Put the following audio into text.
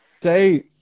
say